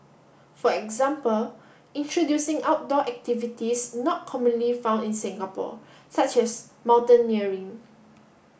for example introducing outdoor activities not commonly found in Singapore such as mountaineering